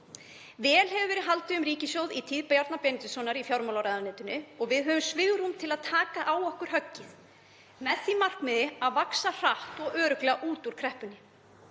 Vel hefur verið haldið um ríkissjóð í tíð Bjarna Benediktssonar í fjármálaráðuneytinu og við höfum svigrúm til að taka á okkur höggið með því markmiði að vaxa hratt og örugglega út úr kreppunni.